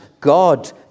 God